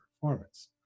performance